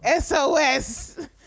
SOS